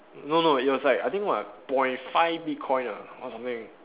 no no it was like I think like point five bitcoin ah or something